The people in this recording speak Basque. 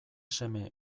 seme